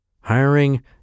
Hiring